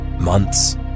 months